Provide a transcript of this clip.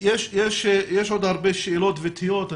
יש עוד הרבה שאלות ותהיות.